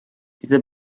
dieser